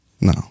No